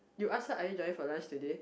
you ask her are you joining for lunch today